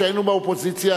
כשהיינו באופוזיציה.